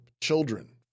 children